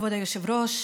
כבוד היושב-ראש,